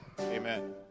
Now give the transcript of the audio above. Amen